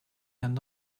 end